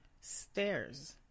Stairs